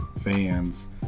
fans